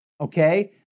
okay